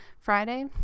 Friday